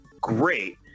great